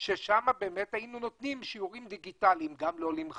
שם היינו נותנים שיעורים דיגיטליים גם לעולים חדשים,